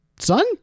Son